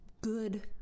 good